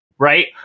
Right